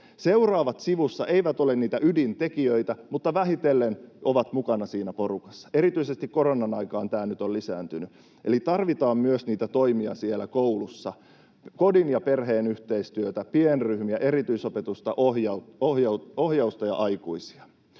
seuraavat sivussa, eivät ole niitä ydintekijöitä mutta vähitellen ovat mukana siinä porukassa. Erityisesti koronan aikaan tämä nyt on lisääntynyt. Eli tarvitaan myös toimia koulussa, kodin ja perheen yhteistyötä, pienryhmiä, erityisopetusta, ohjausta ja aikuisia.